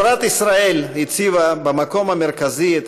תורת ישראל הציבה במקום המרכזי את